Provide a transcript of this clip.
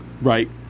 Right